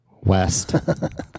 West